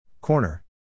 Corner